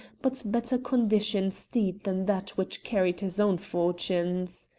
but better-conditioned steed than that which carried his own fortunes.